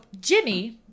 Jimmy